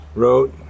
wrote